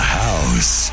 house